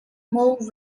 move